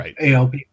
ALP